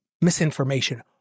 misinformation